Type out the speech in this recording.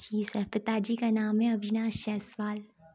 जी sir पिता जी का नाम है अविनाश जैसवाल